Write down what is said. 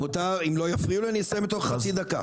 אם לא יפריעו לי אני אסיים תוך חצי דקה.